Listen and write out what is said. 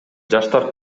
жаштар